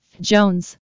Jones